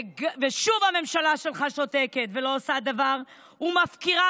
ושוב הממשלה שלך שותקת ולא עושה דבר ומפקירה